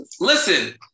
Listen